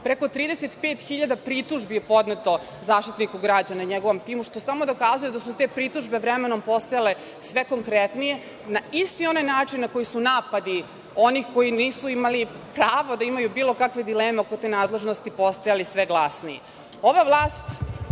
preko 35 hiljada pritužbi je podneto Zaštitniku građana i njegovom timu, što samo dokazuje da su te pritužbe vremenom postajale sve konkretnije, na isti onaj način na koji su napadi onih koji nisu imali pravo da imaju bilo kakve dileme oko te nadležnosti postajali sve glasniji. Ova vlast